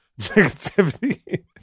negativity